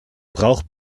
braucht